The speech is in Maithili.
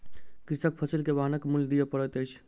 कृषकक फसिल के वाहनक मूल्य दिअ पड़ैत अछि